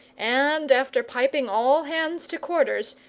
and, after piping all hands to quarters,